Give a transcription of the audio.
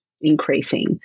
increasing